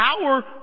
power